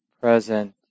present